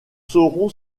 saurons